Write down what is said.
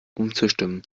umzustimmen